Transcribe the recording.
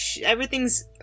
everything's